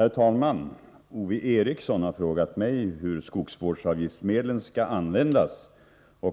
Regeringen har ännu inte framlagt förslag